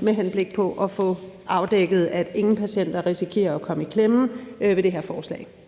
med henblik på at få afdækket, om nogen patienter risikerer at komme i klemme ved det her forslag.